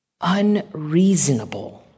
unreasonable